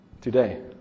today